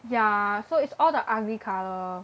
ya so it's all the ugly color